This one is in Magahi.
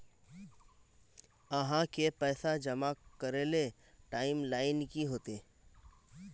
आहाँ के पैसा जमा करे ले टाइम लाइन की होते?